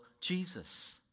Jesus